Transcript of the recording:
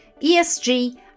ESG